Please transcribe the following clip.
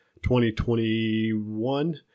2021